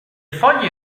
foglie